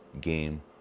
Game